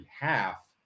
behalf